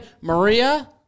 Maria